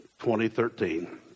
2013